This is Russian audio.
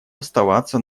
оставаться